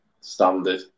standard